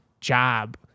job